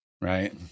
right